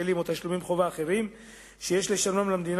היטלים או תשלומי חובה אחרים שיש לשלמם למדינה